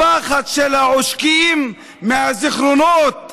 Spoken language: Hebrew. הפחד של העושקים, מהזיכרונות.